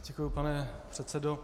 Děkuji, pane předsedo.